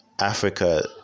Africa